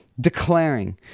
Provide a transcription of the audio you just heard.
declaring